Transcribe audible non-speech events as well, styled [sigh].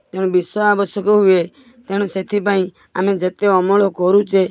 [unintelligible] ବିଷ ଆବଶ୍ୟକ ହୁଏ ତେଣୁ ସେଥିପାଇଁ ଆମେ ଯେତେ ଅମଳ କରୁଛେ